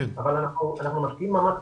אבל אנחנו משקיעים מאמץ.